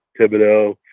thibodeau